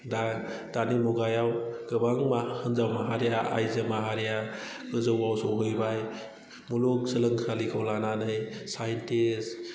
दा दानि मुगायाव गोबां हिनजाव माहारिया आइजो माहारिया गोजौआव सौहैबाय मुलुग सोलोंसालिखौ लानानै साइनटिस्ट